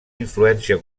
influència